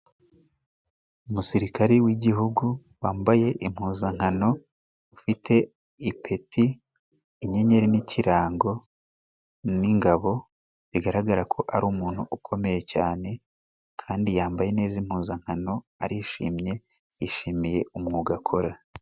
Umusirikare w'igihugu wambaye impuzankano, ufite ipeti inyenyeri n'ikirango n'ingabo bigaragara ko ari umuntu ukomeye cyane, kandi yambaye neza impuzankano arishimye yishimiye umwuga akora.